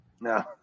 No